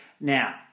Now